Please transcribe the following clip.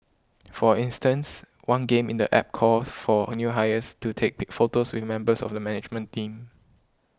for instance one game in the App calls for new hires to take big photos with the members of the management team